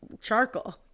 charcoal